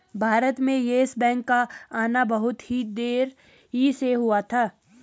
भारत में Yes Bank का आना बहुत ही देरी से हुआ था